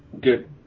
good